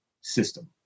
system